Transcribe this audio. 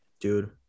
Dude